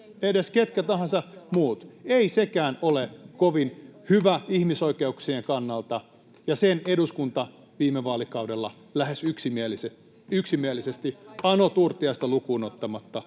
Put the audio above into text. koputtaa] ei sekään ole kovin hyvä ihmisoikeuksien kannalta, ja sen eduskunta viime vaalikaudella lähes yksimielisesti